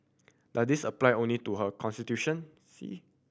does this apply only to her